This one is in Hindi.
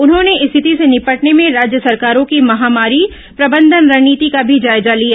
उन्होंने स्थिति से निपटने में राज्य सरकारों की महामारी प्रबंधन रणनीति का भी जायजा लिया